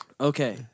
Okay